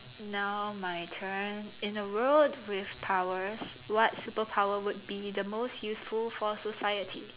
now my turn in a world with powers what superpower would be the most useful for society